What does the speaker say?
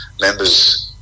members